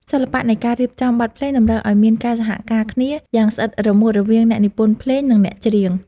សិល្បៈនៃការរៀបចំបទភ្លេងតម្រូវឱ្យមានការសហការគ្នាយ៉ាងស្អិតរមួតរវាងអ្នកនិពន្ធភ្លេង និង អ្នកច្រៀង។